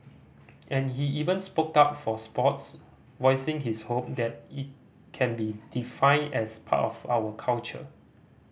and he even spoke up for sports voicing his hope that it can be defined as part of our culture